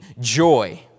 joy